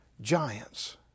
giants